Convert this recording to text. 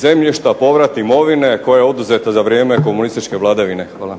zemljišta, povrat imovine koja je oduzeta za vrijeme komunističke vladavine. Hvala. **Bebić,